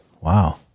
Wow